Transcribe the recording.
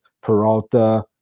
Peralta